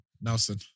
Nelson